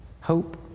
Hope